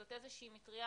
זאת איזו שהיא מטריה,